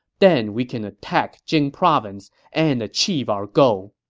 then we can attack jing province and achieve our goal.